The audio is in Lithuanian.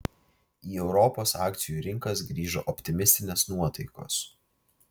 į europos akcijų rinkas grįžo optimistinės nuotaikos